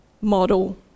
model